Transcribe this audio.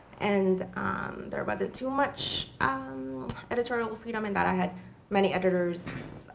and there wasn't too much editorial freedom in that i had many editors.